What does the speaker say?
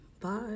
Bye